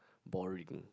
boring